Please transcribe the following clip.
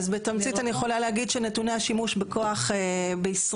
אז בתמצית אני יכולה להגיד שנתוני השימוש בכוח בישראל,